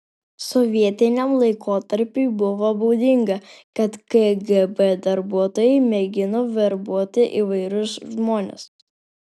sovietiniam laikotarpiui buvo būdinga kad kgb darbuotojai mėgino verbuoti įvairius žmones